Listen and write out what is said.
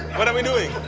what are we doing?